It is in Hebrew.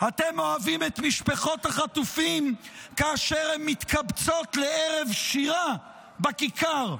אתם אוהבים את משפחות החטופים כאשר הן מתקבצות לערב שירה בכיכר.